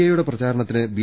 എയുടെ പ്രചാരണത്തിന് ബി